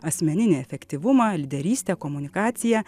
asmeninį efektyvumą lyderystę komunikaciją